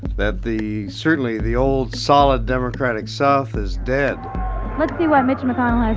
that the certainly the old solid democratic south is dead let's see what mitch mcconnell